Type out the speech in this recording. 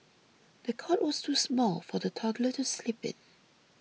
the cot was too small for the toddler to sleep in